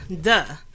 Duh